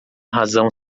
razão